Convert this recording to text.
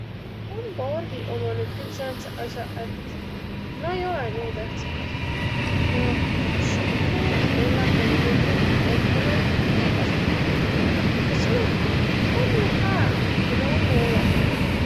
Hambaorgiq ommaq nüüd küll säändsq as'aq, et na ei olõ nii tähtsäq as'aq. Ma suutnu ka elläq niimoodu, et ma näid ei kasutaq. Agaq samah om ju hää, ku nä ommaq olõmah.